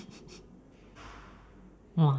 !wah!